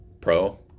Pro